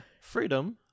freedom